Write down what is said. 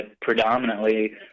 predominantly